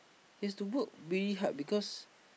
has to work really hard because